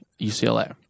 UCLA